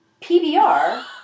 PBR